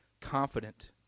Confident